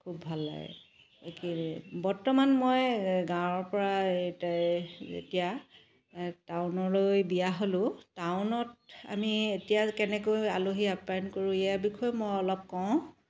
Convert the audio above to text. খুব ভাল লাগে বৰ্তমান মই গাঁৱৰ পৰা যেতিয়া টাউনলৈ বিয়া হ'লোঁ টাউনত আমি এতিয়া কেনেকৈ আলহী আপ্যায়ন কৰো ইয়াৰ বিষয়ে মই অলপ কওঁ